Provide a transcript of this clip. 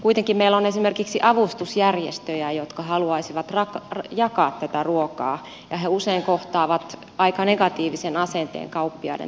kuitenkin meillä on esimerkiksi avustusjärjestöjä jotka haluaisivat jakaa tätä ruokaa ja he usein kohtaavat aika negatiivisen asenteen kauppiaiden taholta